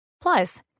Plus